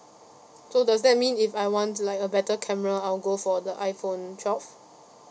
so does that mean if I want like a better camera I'll go for the iPhone twelve